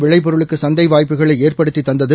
விளைபொருளுக்குசந்தைவாய்ப்புகளைஏற்படுத்தித் தந்தது